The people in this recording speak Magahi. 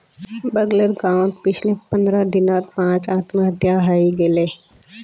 बगलेर गांउत पिछले पंद्रह दिनत पांच आत्महत्या हइ गेले